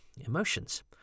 emotions